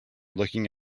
looking